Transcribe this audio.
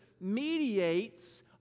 mediates